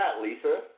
Lisa